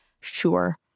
sure